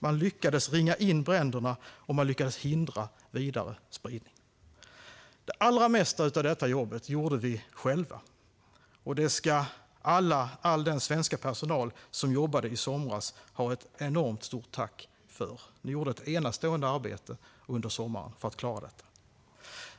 Man lyckades ringa in bränderna, och man lyckades hindra vidare spridning. Det allra mesta av detta jobb gjorde vi själva, och det ska all den svenska personal som jobbade i somras ha ett enormt stort tack för. Ni gjorde ett enastående arbete under sommaren för att klara detta.